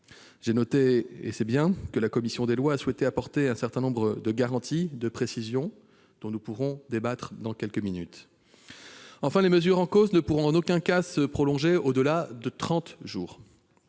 J'ai noté avec satisfaction que la commission des lois a souhaité apporter un certain nombre de garanties, de précisions, dont nous pourrons débattre dans quelques minutes. Enfin, les mesures en cause ne pourront en aucun cas se prolonger au-delà de trente jours.